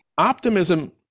Optimism